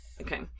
Okay